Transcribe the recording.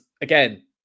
again